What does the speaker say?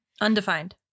Undefined